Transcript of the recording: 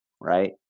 right